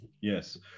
Yes